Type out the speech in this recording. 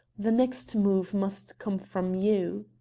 the next move must come from you.